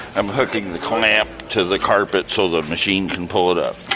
i'm hooking the clamp to the carpet so the machine can pull it up.